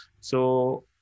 So-